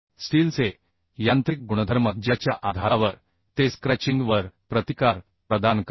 स्टीलचे यांत्रिक गुणधर्म ज्याच्या आधारावर ते स्क्रॅचिंग वर प्रतिकार प्रदान करते